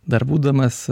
dar būdamas